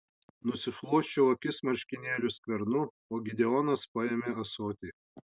nusišluosčiau akis marškinėlių skvernu o gideonas paėmė ąsotį